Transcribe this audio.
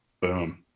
boom